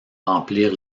remplir